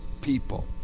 people